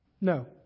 No